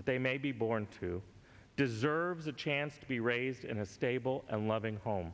that they may be born to deserves a chance to be raised in a stable and loving home